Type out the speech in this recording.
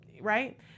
right